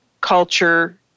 culture